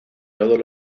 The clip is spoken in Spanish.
todos